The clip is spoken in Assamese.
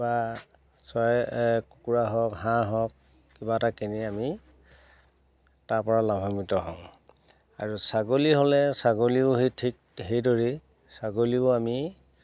বা চৰাই কুকুৰা হওক হাঁহ হওক কিবা এটা কিনি আমি তাৰপৰা লাভাম্বিত হওঁ আৰু ছাগলী হ'লে ছাগলীও সেই ঠিক সেইদৰেই ছাগলীও আমি